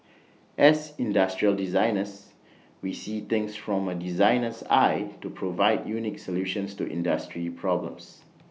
as industrial designers we see things from A designer's eye to provide unique solutions to industry problems